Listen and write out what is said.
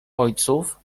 ojców